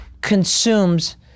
consumes